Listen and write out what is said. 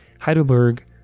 Heidelberg